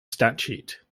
statute